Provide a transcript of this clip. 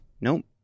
Nope